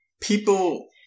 People